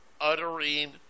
uttering